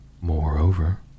Moreover